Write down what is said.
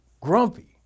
grumpy